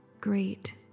great